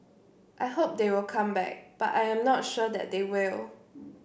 I hope they will come back but I am not sure that they will